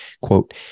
quote